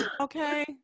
Okay